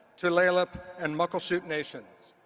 tulalip and muckleshoot nations.